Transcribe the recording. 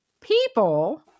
people